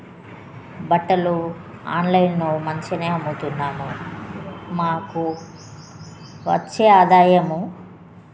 బట్టలు ఆన్లైన్లో మంచిగనే అమ్ముతున్నాము మాకు వచ్చే ఆదాయము